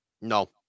No